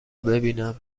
ببینم